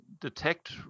detect